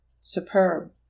superb